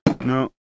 No